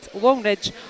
Longridge